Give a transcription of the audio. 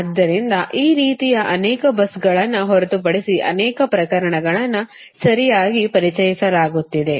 ಆದ್ದರಿಂದ ಈ ರೀತಿಯ ಅನೇಕ busಗಳನ್ನು ಹೊರತುಪಡಿಸಿ ಅನೇಕ ಪ್ರಕರಣಗಳನ್ನು ಸರಿಯಾಗಿ ಪರಿಚಯಿಸಲಾಗುತ್ತಿದೆ